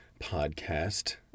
podcast